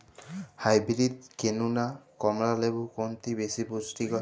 Hybrid কেনু না কমলা লেবু কোনটি বেশি পুষ্টিকর?